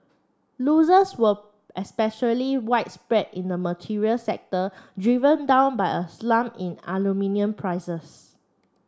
losers were especially widespread in the materials sector driven down by a slump in aluminium prices